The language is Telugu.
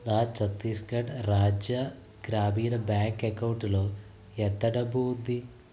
నా ఛత్తీస్గఢ్ రాజ్య గ్రామీణ బ్యాంక్ అకౌంటులో ఎంత డబ్బు ఉంది